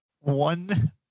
One